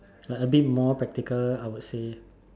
uh a bit more practical I would say